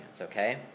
okay